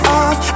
off